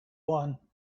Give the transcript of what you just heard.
one